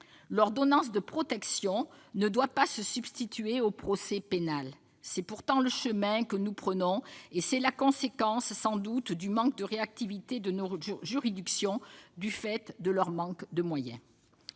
L'ordonnance de protection ne doit pas se substituer au procès pénal. C'est pourtant le chemin que nous prenons, sans doute en raison du manque de réactivité de nos juridictions, lié à leur manque de moyens.